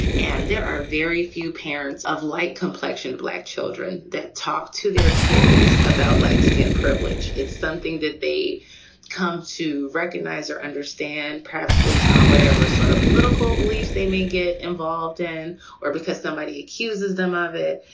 and there are very few parents of light complexion, black children that talk to their kids about white skin privilege. it's something that they come to recognize or understand, perhaps based on whatever sort of political beliefs they may get involved in or because somebody accuses them of it.